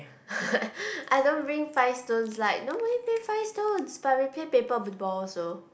I don't bring five stones like nobody play five stones but we play paper big ball also